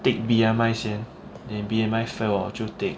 take B_M_I 先 then B_M_I fail 了就 take